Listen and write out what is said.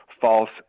false